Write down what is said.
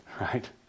Right